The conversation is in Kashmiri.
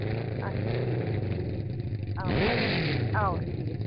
اَچھا ٹھیٖک چھُ اَوا اَوا ٹھیٖک